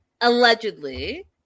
allegedly